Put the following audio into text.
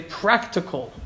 practical